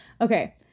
okay